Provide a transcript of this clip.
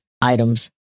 items